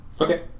Okay